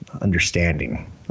understanding